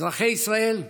אזרחי ישראל,